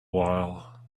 while